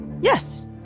yes